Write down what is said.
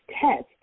test